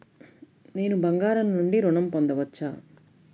నేను బంగారం నుండి ఋణం పొందవచ్చా?